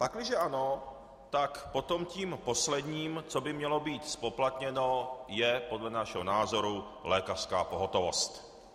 Pakliže ano, tak potom tím posledním, co by mělo být zpoplatněno, je podle našeho názoru lékařská pohotovost.